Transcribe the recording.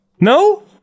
no